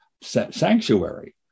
sanctuary